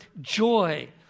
joy